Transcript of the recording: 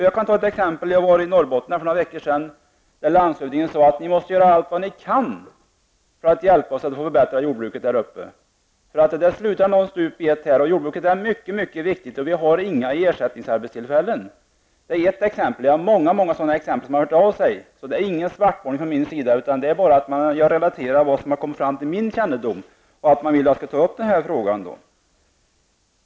Jag kan som exempel nämna att när jag för några veckor sedan var i Norrbotten sade landshövdingen: Ni måste göra allt vad ni kan för att hjälpa oss att förbättra jordbruket här uppe -- här slutar någon stup i ett. Jordbruket är mycket viktigt, och vi har inga ersättningsarbetstillfällen. -- Det är ett exempel av många. Det är många som har hört av sig, så det här är ingen svartmålning -- jag bara relaterar vad som har kommit till min kännedom.